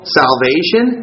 salvation